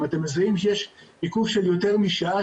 אם אתם מזהים שיש עיכוב של יותר משעה,